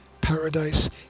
Paradise